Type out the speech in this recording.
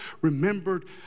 remembered